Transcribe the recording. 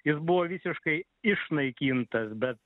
jis buvo visiškai išnaikintas bet